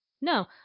no